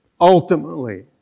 ultimately